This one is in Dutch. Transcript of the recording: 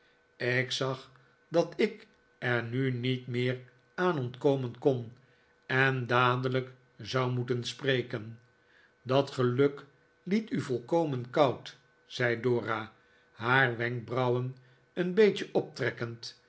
ik zag dat ik er mi niet meer aan ontkomen kon en dadelijk zou moeten spreken dat geluk liet u volkomen koud zei dora haar wenkbrauwen een beetje optrekkend